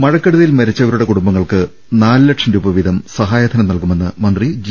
മഴക്കെടുതിയിൽ മരിച്ചവരുടെ കുടുംബങ്ങൾക്ക് നാലു ലക്ഷം രൂപ വീതം സഹായധനം നൽകുമെന്ന് മന്ത്രി ജി